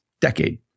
decade